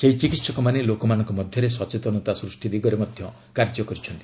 ସେହି ଚିକିତ୍ସକମାନେ ଲୋକମାନଙ୍କ ମଧ୍ୟରେ ସଚେତନା ସୃଷ୍ଟି ଦିଗରେ ମଧ୍ୟ କାର୍ଯ୍ୟ କରିଛନ୍ତି